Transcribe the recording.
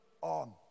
on